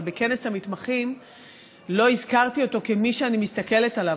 אבל בכנס המתמחים לא הזכרתי אותו כמי שאני מסתכלת עליו.